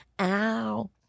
Ow